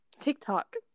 TikTok